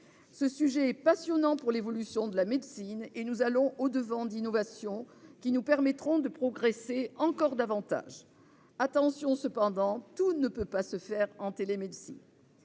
Ce sujet est passionnant pour l'évolution de la médecine : nous allons au-devant d'innovations qui nous permettront de progresser encore davantage. Attention cependant, tout ne peut pas se faire en télémédecine.